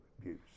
abuse